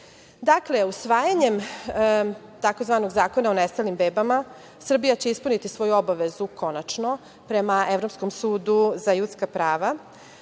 Evrope. Dakle, usvajanjem tzv. zakona o nestalim bebama, Srbija će ispuniti svoju obavezu konačno prema Evropskom sudu za ljudska prava